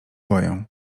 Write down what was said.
boję